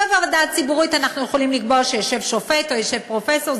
ובוועדה הציבורית אנחנו יכולים לקבוע שיושב שופט או יושב פרופסור,